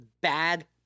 bad